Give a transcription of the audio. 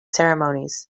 ceremonies